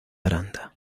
aranda